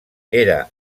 era